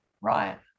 Right